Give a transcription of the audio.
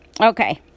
Okay